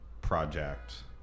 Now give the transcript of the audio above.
project